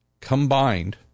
Combined